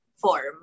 form